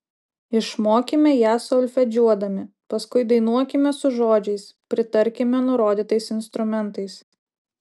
išmokime ją solfedžiuodami paskui dainuokime su žodžiais pritarkime nurodytais instrumentais